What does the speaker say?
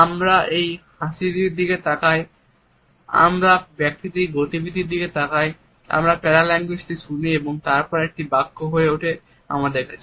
আমরা এই হাসিটির দিকে তাকাই আমরা ব্যক্তিটির গতিবিধি দিকে তাকাই আমরা প্যারা ল্যাঙ্গুয়েজটি শুনি এবং তারপর এটি একটি বাক্য হয়ে ওঠে আমাদের কাছে